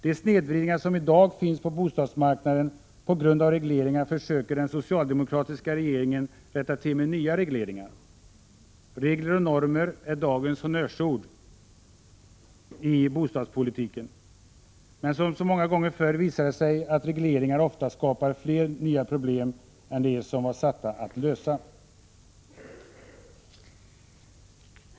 De snedvridningar som i dag finns på bostadsmarknaden på grund av regleringar försöker den socialdemokratiska regeringen rätta till med nya regleringar. Regler och normer är dagens honnörsord i bostadspolitiken. Men som så många gånger förut visar det sig att regleringar ofta skapar fler nya problem än dem som de var satta att lösa.